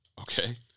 Okay